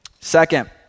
Second